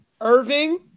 Irving